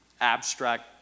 abstract